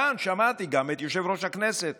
כאן שמעתי גם את יושב-ראש הכנסת